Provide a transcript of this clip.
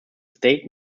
state